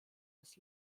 des